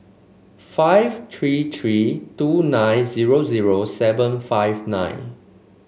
five three three two nine zero zero seven five nine